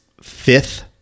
Fifth